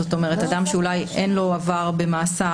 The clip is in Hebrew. זאת אומרת: אדם שאולי אין לו עבר במאסר,